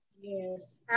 Yes